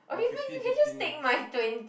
or fifteen fifteen